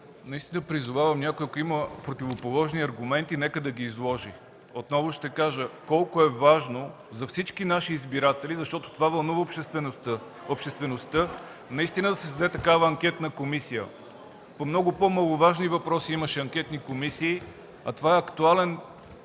Наистина призовавам – ако някой има противоположни аргументи, нека да ги изложи. Отново ще кажа – много е важно за всички наши избиратели, защото това вълнува обществеността, да се създаде такава анкетна комисия. По много по-маловажни въпроси имаше анкетни комисии, а това е актуален